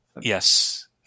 Yes